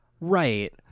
Right